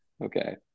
Okay